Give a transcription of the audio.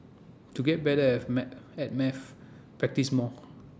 to get better of my at maths practise more